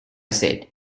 said